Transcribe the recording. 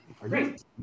Great